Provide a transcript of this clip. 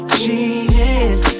cheating